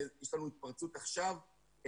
ויש לנו התפרצות עכשיו.